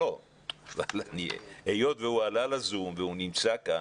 היות והוא עלה לזום והוא נמצא כאן,